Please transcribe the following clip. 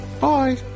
Bye